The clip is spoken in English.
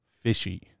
fishy